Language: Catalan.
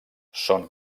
són